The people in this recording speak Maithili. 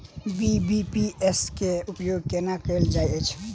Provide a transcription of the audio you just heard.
बी.बी.पी.एस केँ उपयोग केना कएल जाइत अछि?